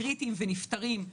קריטיים ונפטרים,